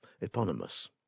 Eponymous